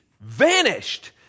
vanished